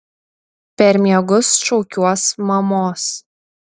per miegus šaukiuos mamos